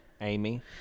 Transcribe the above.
Amy